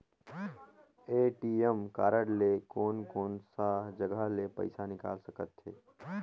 ATM card ले कोन कोन सा जगह ले पइसा निकाल सकथे?